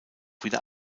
wieder